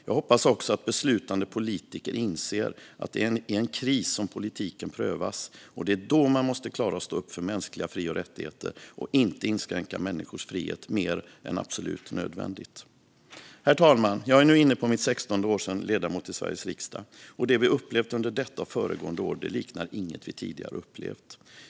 Jag hoppas också att beslutande politiker inser att det är i en kris som politiken prövas och att det är då man måste klara att stå upp för mänskliga fri och rättigheter och inte inskränka människors frihet mer än absolut nödvändigt. Herr talman! Jag är nu inne på mitt sextonde år som ledamot i Sveriges riksdag. Det vi upplevt under detta och föregående år liknar inget vi tidigare upplevt.